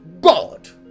God